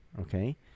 Okay